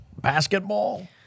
Basketball